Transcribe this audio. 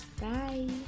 Bye